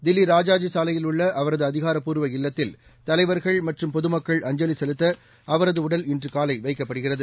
தில்லி ராஜாஜி சாலையில் உள்ள அவரது அதிகாரப்பூர்வ இல்லத்தில் தலைவர்கள் மற்றும் பொதுமக்கள் அஞ்சலி செலுத்த அவரது உடல் இன்று காலை வைக்கப்படுகிறது